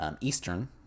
Eastern